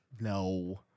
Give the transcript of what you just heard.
No